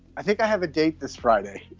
i think i have a date this friday